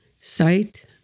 Sight